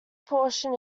portion